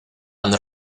and